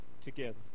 together